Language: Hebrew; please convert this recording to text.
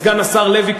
סגן השר לוי,